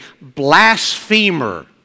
blasphemer